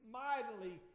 mightily